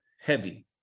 heavy